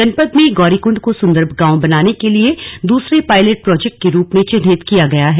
जनपद में गौरीकृण्ड को सुन्दर गांव बनाने के लिए दूसरे पायलेट प्रोजेक्ट के रूप चिन्हित किया गया है